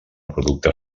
producte